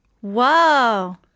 Whoa